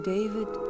David